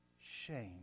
shame